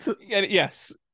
yes